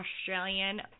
Australian